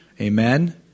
Amen